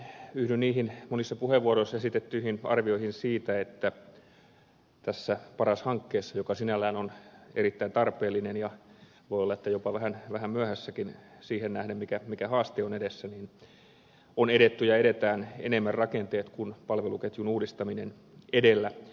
yhdyn niihin monissa puheenvuoroissa esitettyihin arvioihin että tässä paras hankkeessa joka sinällään on erittäin tarpeellinen ja voi olla jopa vähän myöhässäkin siihen nähden mikä haaste on edessä on edetty ja edetään enemmän rakenteet kuin palveluketjun uudistaminen edellä